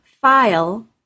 file